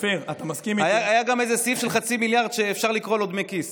היה גם איזה סעיף של חצי מיליארד שאפשר לקרוא לו "דמי כיס".